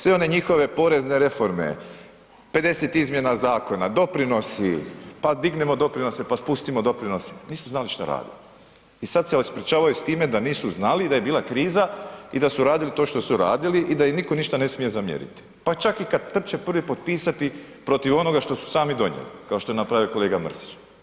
Sve one njihove porezne reforme, 50 izmjena zakona, doprinosi, pa dignimo doprinose pa spustimo doprinose, nisu znali šta rade i sad se ispričavaju s time da nisu znali i da je bila kriza i da su radili to što su radili i da im nitko ništa ne smije zamjeriti pa čak i kad trče prvi potpisati protiv onoga što su sami donijeli kao što je napravio kolega Mrsić.